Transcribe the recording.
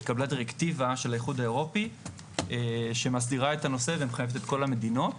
התקבלה דירקטיבה של האיחוד האירופי שמסדירה את הנושא בכל המדינות,